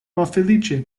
malfeliĉe